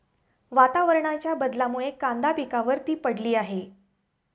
वातावरणाच्या बदलामुळे कांदा पिकावर ती पडली आहे